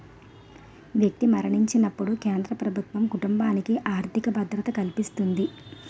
వ్యక్తి మరణించినప్పుడు కేంద్ర ప్రభుత్వం కుటుంబానికి ఆర్థిక భద్రత కల్పిస్తుంది